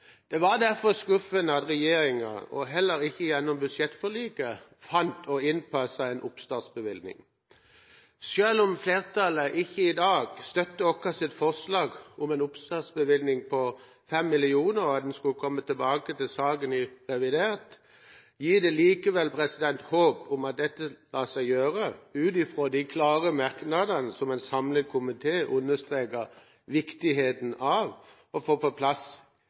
Det var derfor skuffende at regjeringen heller ikke gjennom budsjettforliket fant å innpasse en oppstartsbevilgning. Selv om flertallet ikke i dag støtter vårt forslag om en oppstartsbevilgning på 5 mill. kr, og at en skal komme tilbake til saken i revidert, gir det likevel håp om at dette lar seg gjøre, ut ifra de klare merknadene fra en samlet komité, som i sin innstilling understreker viktigheten av å få på plass